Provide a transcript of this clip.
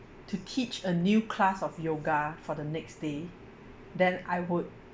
to teach a new class of yoga for the next day then I would